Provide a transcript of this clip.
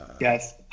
Yes